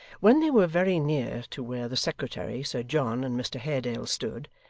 when they were very near to where the secretary, sir john, and mr haredale stood,